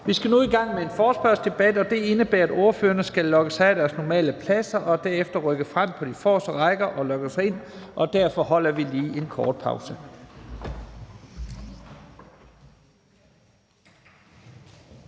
Vi skal nu i gang med en forespørgselsdebat, og det indebærer, at ordførerne skal logge sig af deres normale pladser og derefter rykke frem på de forreste rækker og logge sig ind. Derfor holder vi lige en kort pause.